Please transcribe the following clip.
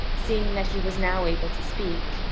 seeing that he was now able to speak,